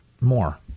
more